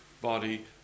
body